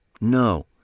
No